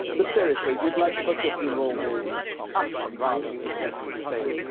but seriously, you'd like to book your funeral with us, rather than, say,